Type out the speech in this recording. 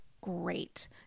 great